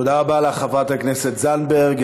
תודה רבה לך, חברת הכנסת זנדברג.